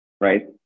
right